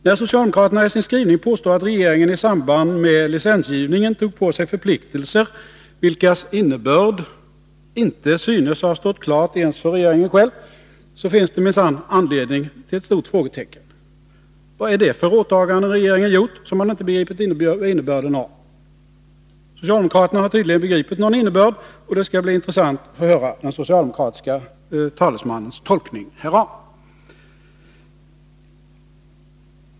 När socialdemokraterna i sin skrivning påstår att regeringen i samband med licensgivningen tog på sig förpliktelser vilkas innebörd inte synes ha stått klar ens för regeringen själv, finns det minsann anledning att sätta ett stort frågetecken. Vad är det för åtaganden regeringen har gjort som man inte begripit innebörden av? Socialdemokraterna har tydligen begripit innebörden, och det skall bli intressant att få höra den socialdemokratiska talesmannens tolkning därav.